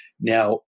Now